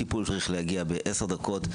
התקף לב והוא צריך לקבל טיפול מהיר,